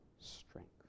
strength